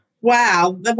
Wow